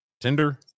Tinder